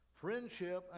friendship